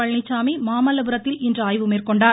பழனிச்சாமி மாமல்லபுரத்தில் இன்று ஆய்வு மேற்கொண்டார்